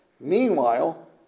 Meanwhile